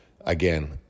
Again